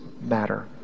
matter